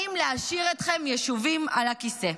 אם להשאיר אתכם ישובים על הכיסא.